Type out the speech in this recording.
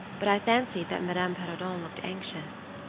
but i fancied that madame perrodon looked anxious.